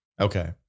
okay